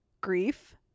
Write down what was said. grief